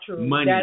money